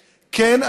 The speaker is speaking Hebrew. כן,